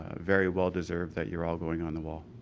ah very well deserved that you're all going on the wall.